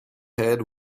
had